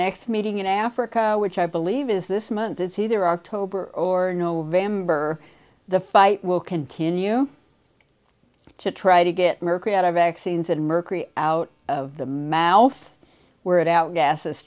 next meeting in africa which i believe is this month it's either october or november the fight will continue to try to get vaccines and mercury out of the man where it outgasses